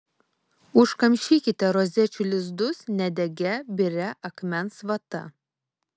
užkamšykite rozečių lizdus nedegia biria akmens vata